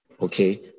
okay